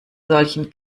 solchen